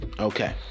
Okay